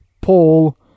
Paul